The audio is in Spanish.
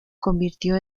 convirtió